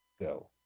go